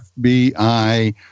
FBI